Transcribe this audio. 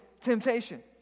temptation